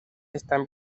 están